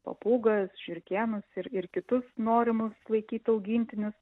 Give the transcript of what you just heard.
papūgas žiurkėnus ir ir kitus norimus laikyt augintinius